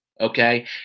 okay